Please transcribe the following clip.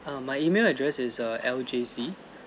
um my email address is err L_J_C